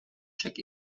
check